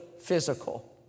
physical